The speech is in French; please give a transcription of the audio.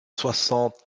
soixante